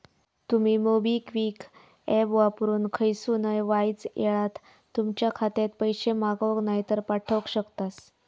तुमी मोबिक्विक ऍप वापरून खयसूनय वायच येळात तुमच्या खात्यात पैशे मागवक नायतर पाठवक शकतास